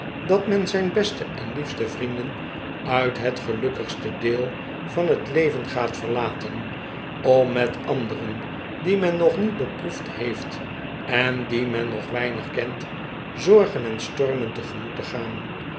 dat men zijn beste en liefste vrienden uit het gelukkigste deel van het leven gaat verlaten om met anderen die men nog niet beproefd heeft en die men nog weinig kent zorgen en stormen tegemoet te gaan